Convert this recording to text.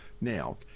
Now